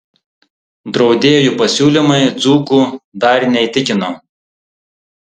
draudėjų pasiūlymai dzūkų dar neįtikino